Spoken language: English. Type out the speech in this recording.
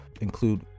include